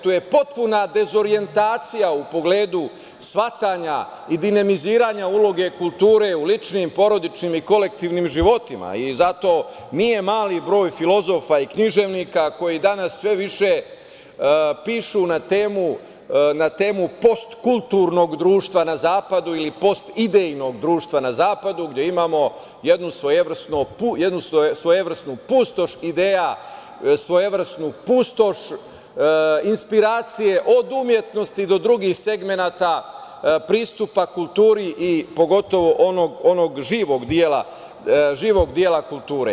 Tu je potpuna dezorijentacija u pogledu shvatanja i dinamiziranja kulture u ličnim porodičnim, kolektivnim životima i zato nije mali broj filozofa i književnika, koji danas sve više pišu na temu postkulturnog društva na zapadu ili postidejnog društva na zapadu, gde imamo jednu svojevrsnu pustoš ideja, svojevrsnu pustoš inspiracije od umetnosti do drugih segmenata, pristupa kulturi i pogotovo onog živog dela kulture.